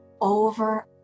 over